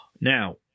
Now